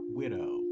widow